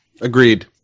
agreed